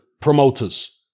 promoters